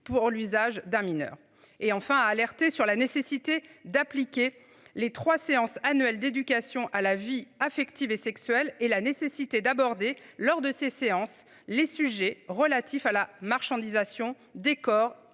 pour l'usage d'un mineur et enfin alerter sur la nécessité d'appliquer les 3 séances annuelles d'éducation à la vie affective et sexuelle et la nécessité d'aborder lors de ces séances, les sujets relatifs à la marchandisation des corps